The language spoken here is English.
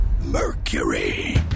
Mercury